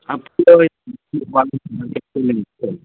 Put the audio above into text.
ಹಾಂ